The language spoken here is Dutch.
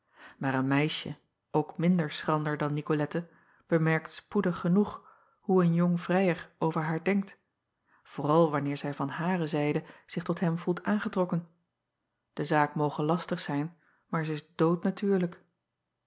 maar een meisje ook minder schrander dan icolette bemerkt spoedig genoeg hoe een jong vrijer over haar denkt vooral wanneer zij van hare zijde zich tot hem voelt aangetrokken e zaak moge lastig zijn maar zij is